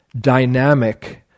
dynamic